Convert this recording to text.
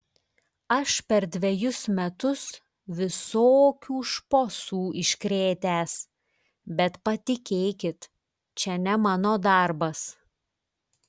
aš per dvejus metus visokių šposų iškrėtęs bet patikėkit čia ne mano darbas